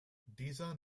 dieser